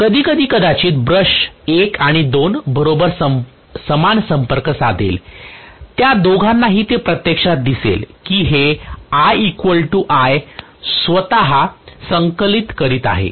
कधीकधी कदाचित ब्रश 1 आणि 2 बरोबर समान प्रमाणात संपर्क साधेल त्या दोघांनाही ते प्रत्यक्षात दिसेल की हे I I स्वतः संकलित करीत आहे